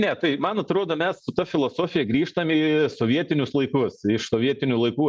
ne tai man atrodo mes su ta filosofija grįžtam į sovietinius laikus iš sovietinių laikų